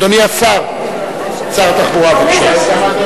אדוני שר התחבורה, בבקשה.